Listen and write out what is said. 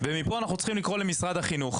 ומפה אנחנו צריכים לקרוא למשרד החינוך